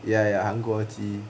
ya ya 韩国鸡